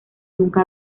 nunca